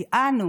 כי אנו